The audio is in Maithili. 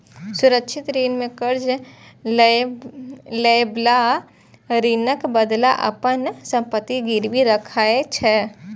सुरक्षित ऋण मे कर्ज लएबला ऋणक बदला अपन संपत्ति गिरवी राखै छै